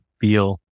feel